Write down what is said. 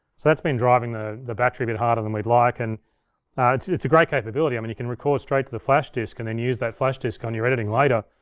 so that's been driving the the battery a bit harder than we'd like. and ah it's it's a great capability. i mean, you can record straight to the flash disk, and then use that flash disk on your editing later,